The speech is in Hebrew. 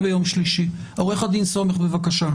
עו"ד סומך, בבקשה.